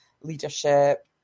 leadership